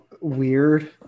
weird